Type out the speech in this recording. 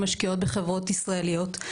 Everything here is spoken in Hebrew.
שמשקיעות בחברות ישראליות,